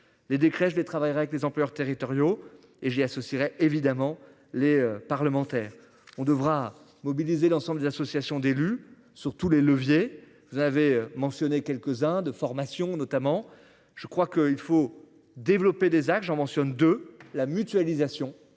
les décrets je les travaillera avec les employeurs territoriaux et j'ai associerai évidemment les parlementaires on devra mobiliser l'ensemble des associations d'élus sur tous les leviers. Vous avez mentionné quelques-uns de formation notamment. Je crois qu'il faut développer des agents mentionne de la mutualisation,